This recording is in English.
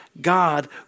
God